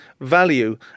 value